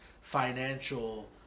financial